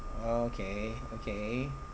okay okay